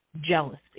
jealousy